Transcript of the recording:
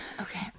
Okay